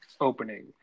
opening